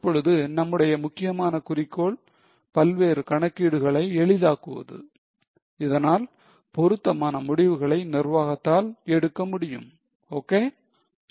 இப்பொழுது நம்முடைய முக்கியமான குறிக்கோள் பல்வேறு கணக்கீடுகளை எளிதாக்குவது இதனால் பொருத்தமான முடிவுகளை நிர்வாகத்தால் எடுக்க முடியும் ok